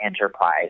enterprise